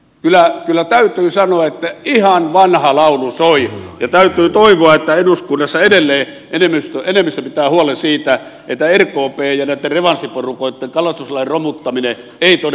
kyllä täytyy sanoa että ihan vanha laulu soi ja täytyy toivoa että eduskunnassa edelleen enemmistö pitää huolen siitä että rkpn ja näitten revanssiporukoitten kalastuslain romuttaminen ei todella etene